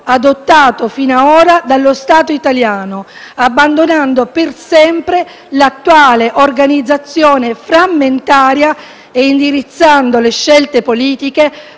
adottato fino ad ora dallo Stato italiano, abbandonando per sempre l'attuale organizzazione frammentaria e indirizzando le scelte politiche